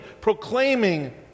proclaiming